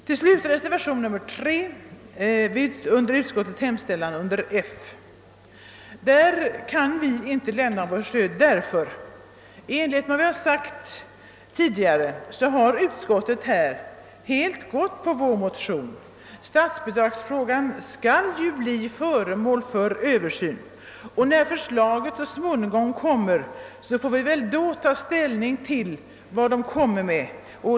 Vad slutligen angår reservationen III till utskottets hemställan under F kan vi inte lämna vårt stöd till den, eftersom utskottet som jag tidigare anfört helt har följt vår motionslinje. Statsbidragsfrågan skall nu bli föremål för översyn, och när förslaget så småningom lägges fram får vi ta ställning till dess innehåll.